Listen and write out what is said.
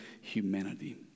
humanity